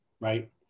right